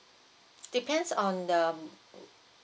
depends on the um